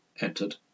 entered